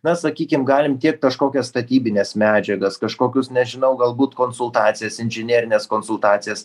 na sakykim galim tiekti kažkokias statybines medžiagas kažkokius nežinau galbūt konsultacijas inžinerines konsultacijas